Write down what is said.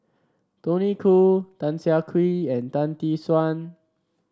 Tony Khoo Tan Siah Kwee and Tan Tee Suan